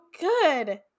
good